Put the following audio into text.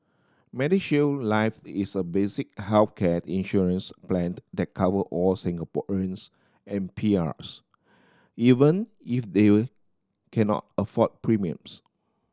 MediShield Life is a basic healthcare insurance plan that cover all Singaporeans and P Rs even if they cannot afford premiums